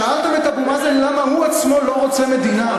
שאלתם את אבו מאזן למה הוא עצמו לא רוצה מדינה?